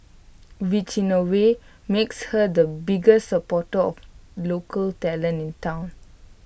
which in A way makes her the biggest supporter of local talent in Town